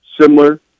similar